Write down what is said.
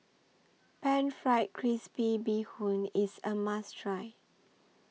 Pan Fried Crispy Bee Hoon IS A must Try